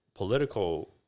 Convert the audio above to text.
political